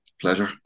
pleasure